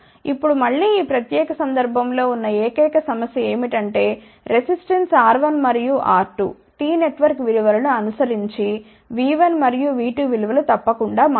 ఇప్పుడు మళ్ళీ ఈ ప్రత్యేక సందర్భం లో ఉన్న ఏకైక సమస్య ఏమిటంటే రెసిస్టెన్స్ R1 మరియు R2 T నెట్వర్క్ విలువలను అనుసరించి V1 మరియు V2విలువలు తప్పకుండా మారాలి